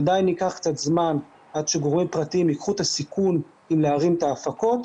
עדיין ייקח קצת זמן עד שגורמים פרטיים ייקחו את הסיכון להרים את ההפקות,